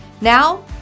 Now